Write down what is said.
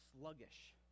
sluggish